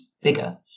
bigger